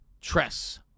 Tress